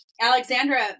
Alexandra